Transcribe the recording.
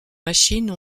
machines